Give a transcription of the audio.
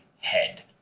head